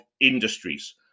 industries